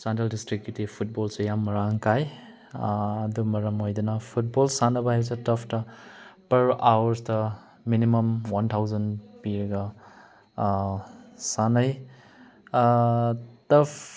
ꯆꯥꯟꯗꯦꯜ ꯗꯤꯁꯇ꯭ꯔꯤꯛꯀꯤꯗꯤ ꯐꯨꯠꯕꯣꯜꯁꯦ ꯌꯥꯝ ꯃꯔꯥꯡ ꯀꯥꯏ ꯑꯗꯨ ꯃꯔꯝ ꯑꯣꯏꯗꯅ ꯐꯨꯠꯕꯣꯜ ꯁꯥꯟꯅꯕ ꯍꯥꯏꯁꯦ ꯇꯔꯐꯇ ꯄꯔ ꯑꯥꯋꯔꯁꯗ ꯃꯤꯅꯤꯃꯝ ꯋꯥꯟ ꯊꯥꯎꯖꯟ ꯄꯤꯔꯒ ꯁꯥꯟꯅꯩ ꯇꯔꯐ